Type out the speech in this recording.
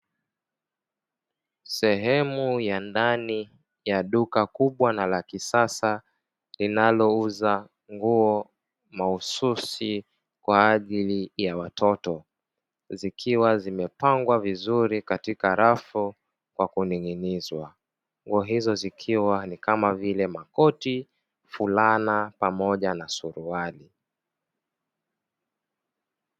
Sehemu ya ndani, ya duka kubwa na la kisasa, linalouza nguo mahususi kwa ajili ya watoto. Zikiwa zimepangwa vizuri katika rafu kwa kuning'inizwa. Nguo hizo zikiwa ni kama vile: makoti, fulana pamoja na suruali.